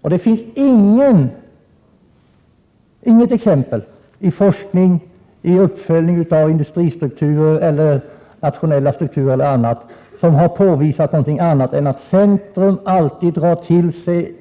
Och det finns inget exempel i forskning eller i uppföljning av industristrukturer eller nationella strukturer eller annat som har påvisat något annat än att centrum alltid drar till sig